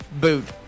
boot